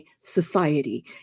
society